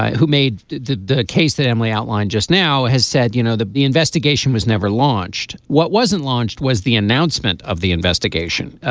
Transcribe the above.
who made the the case that emily outline just now has said you know that the investigation was never launched what wasn't launched was the announcement of the investigation.